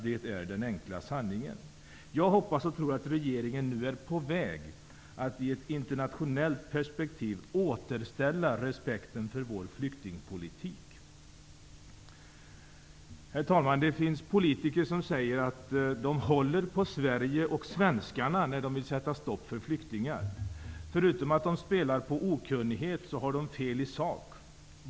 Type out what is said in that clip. Det är den enkla sanningen. Jag hoppas och tror att regeringen nu är på väg att i ett internationellt perspektiv återställa respekten för vår flyktingpolitik. Herr talman! Det finns politiker som säger att de håller på Sverige och svenskarna, när de vill sätta stopp för flyktingar. Förutom att de spelar på okunnighet har de fel i sak.